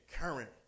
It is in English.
current